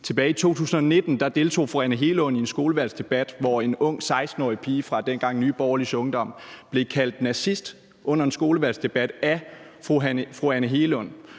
tilbage i 2019 deltog fru Anne Hegelund i en skolevalgsdebat, hvor en ung, 16-årig pige fra dengang Nye Borgerliges Ungdom blev kaldt nazist af fru Anne Hegelund.